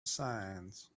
signs